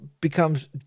becomes